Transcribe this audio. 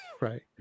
right